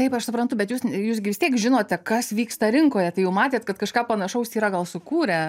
taip aš suprantu bet jūs jūs gi vis tiek žinote kas vyksta rinkoje tai jau matėt kad kažką panašaus yra gal sukūrę